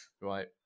right